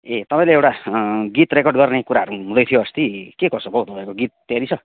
ए तपाईँले एउटा गीत रेकर्ड गर्ने कुराहरू हुँदै थियो अस्ति के कसो भयो तपाईँको गीत तयारी छ